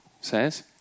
says